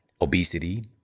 obesity